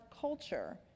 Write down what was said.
culture